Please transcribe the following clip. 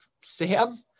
Sam